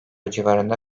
civarında